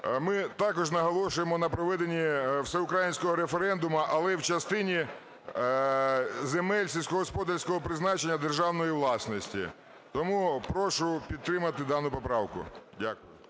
ми також наголошуємо на проведені всеукраїнського референдуму, але в частині земель сільськогосподарського призначення державної власності. Тому прошу підтримати дану поправку. Дякую.